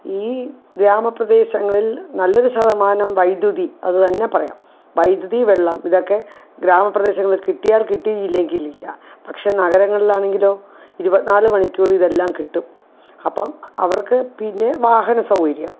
ഈ ഗ്രാമ പ്രദേശങ്ങളിൽ നല്ലൊരു ശതമാനം വൈദ്യുതി അതു തന്നെ പറയാം വൈദ്യുതി വെള്ളം ഇതൊക്കെ ഗ്രാമ പ്രദേശങ്ങളിൽ കിട്ടിയാൽ കിട്ടി ഇല്ലെങ്കിൽ ഇല്ല പക്ഷെ നഗരങ്ങളിൽ ആണെങ്കിലൊ ഇരുപത്തി നാല് മണിക്കൂർ ഇതെല്ലാം കിട്ടും അപ്പം അവർക്കു പിന്നെ വാഹന സൗകര്യം